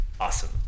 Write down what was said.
Awesome